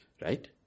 right